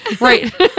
Right